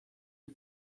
est